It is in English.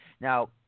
Now